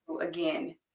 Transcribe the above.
again